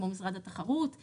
כמו משרד התחרות,